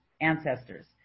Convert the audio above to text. ancestors